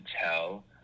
tell